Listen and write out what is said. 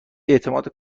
اعتماد